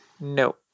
No